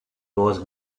was